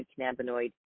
cannabinoid